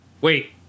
Wait